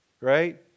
Right